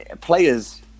Players